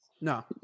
no